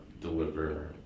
deliver